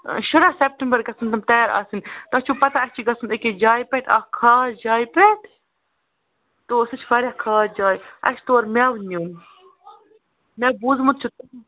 شُراہ سیٚپٹمبَر گژھَن تِم تیار آسٕنۍ تۄہہِ چھَو پتہ اَسہِ چھِ گژھُن أکِس جایہِ پٮ۪ٹھٕ اَکھ خاص جایہِ پٮ۪ٹھ تہٕ سۄ چھِ واریاہ خاص جاے اَسہِ چھُ تور میٚوٕ نیُن مےٚ بوٗزٕمُت چھُ